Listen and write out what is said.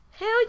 Hell